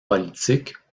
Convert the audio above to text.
politique